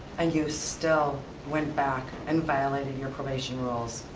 and you still went back and violated your probation rules.